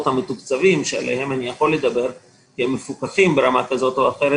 המתוקצבים עליהם אני יכול לדבר כי הם מפוקחים ברמה כזו או אחר,